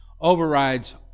overrides